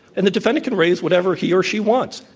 and the defendant can raise whatever he or she wants,